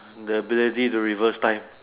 the ability to reverse time